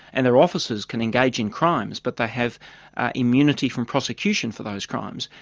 and their officers can engage in crimes, but they have immunity from prosecution for those crimes.